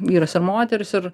vyras ir moteris ir